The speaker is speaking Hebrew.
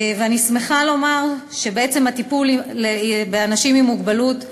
אני שמחה לומר שהטיפול באנשים עם מוגבלות,